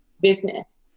business